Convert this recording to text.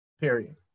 period